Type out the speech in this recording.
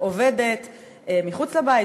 עובדת מחוץ לבית,